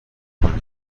کنی